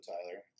Tyler